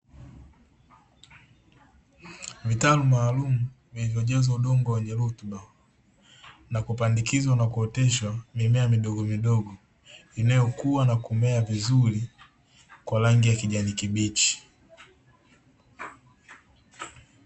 Vitalu maalumu vilivyojazwa udongo wenye rutuba na kupandikizwa na kuoteshwa mimea midogomidogo inayokua na kumea vizuri kwa rangi ya kijani kibichi.